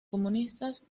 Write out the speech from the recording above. comunistas